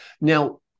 now